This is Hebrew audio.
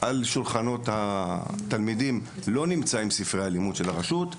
על שולחנות התלמידים לא מונחים ספרי הלימוד של הרשות הפלסטינית,